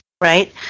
right